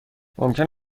ممکن